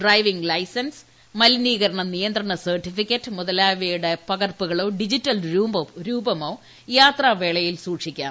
driving licence മലിനീകരണ നിയന്ത്രണ certificate മുതലായവയുടെ പകർപ്പുകളോ ഡിജിറ്റൽ രൂപമോ യാത്രാ വേളയിൽ സൂക്ഷിക്കാം